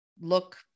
look